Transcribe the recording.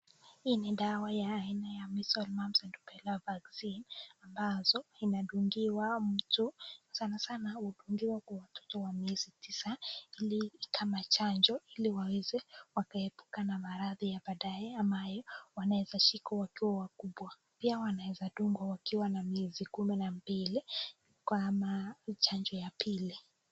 Hii ni dawa yaina ya misle, mumps na rubela vaccine , ambazo inadungiwa mtu, sanasana inadungiwa watoto wa miezi tisa kama chanjo, ili waeze wakaepuka maradhi ya baadaye ambayo inaweza washika wakiwa wakubwa, pia inaweza washika pia wakiwa na miezi kumi na mbili, ama chanjo ya pili.